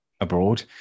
abroad